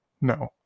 No